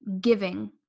giving